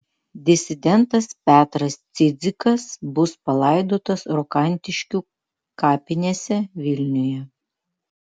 disidentas petras cidzikas bus palaidotas rokantiškių kapinėse vilniuje